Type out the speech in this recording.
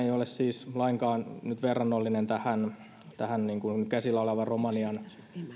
ei ole siis lainkaan verrannollinen nyt tähän käsillä olevaan romanian